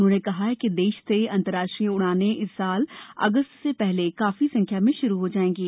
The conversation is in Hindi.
उन्होंने कहा कि देश से अंतर्राष्ट्रीय उड़ाने इस वर्ष अगस्त से पहले काफी संख्या में शुरू हो जाएंगी